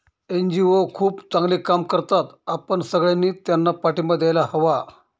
NGO खूप चांगले काम करतात, आपण सगळ्यांनी त्यांना पाठिंबा द्यायला हवा